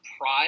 pride